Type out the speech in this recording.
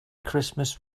christmas